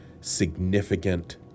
significant